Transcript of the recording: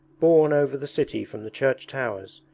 borne over the city from the church towers,